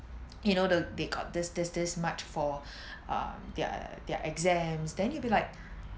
you know the they got this this this much for uh their their exams then you'll be like